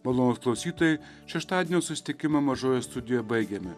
malonūs klausytojai šeštadienio susitikimą mažojoje studijoje baigiame